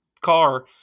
car